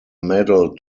medal